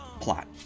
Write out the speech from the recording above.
plot